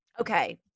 Okay